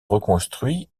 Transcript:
reconstruit